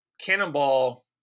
Cannonball